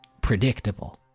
predictable